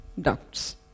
ducts